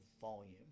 volume